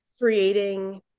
creating